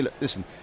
listen